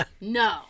No